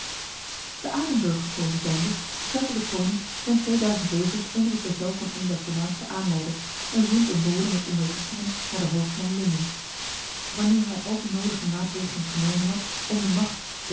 te aardenburg gekomen zijnde stelde deconinck zijn tweeduizend wevers onder het bevel van een der voornaamste aanleiders en zond een bode met onderrichtingen naar de hoofdman lindens wanneer hij al de nodige maatregelen genomen had om de macht